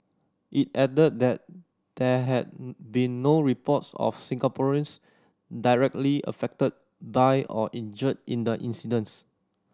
it added that there had been no reports of Singaporeans directly affected by or injured in the incidents